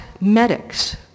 medics